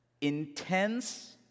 intense